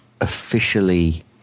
officially